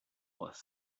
was